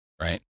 Right